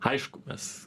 aišku mes